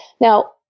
Now